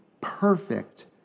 perfect